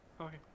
Okay